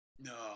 No